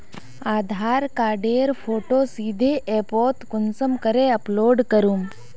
आधार कार्डेर फोटो सीधे ऐपोत कुंसम करे अपलोड करूम?